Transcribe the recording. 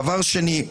דבר שני.